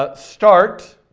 ah start